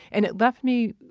and it left me